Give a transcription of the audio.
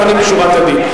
לפנים משורת הדין.